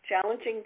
challenging